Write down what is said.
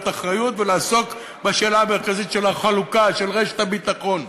אחריות ולעסוק בשאלה המרכזית של החלוקה של רשת הביטחון.